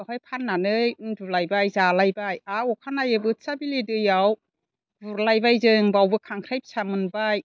बहाय फाननानै उन्दुलायबाय जालायबाय आरो अखानायै बोथियाबिलि दैयाव गुरलायबाय जों बावबो खांख्राइ फिसा मोनबाय